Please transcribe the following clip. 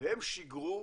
והם שיגרו,